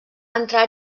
entrar